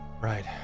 Right